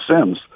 sims